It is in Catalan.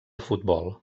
futbol